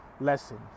lesson